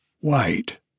white